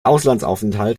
auslandsaufenthalt